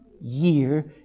year